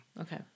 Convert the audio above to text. Okay